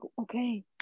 okay